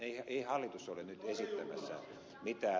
ei hallitus ole nyt esittämässä mitään